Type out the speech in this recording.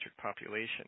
population